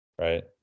right